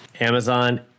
Amazon